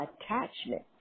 attachment